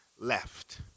left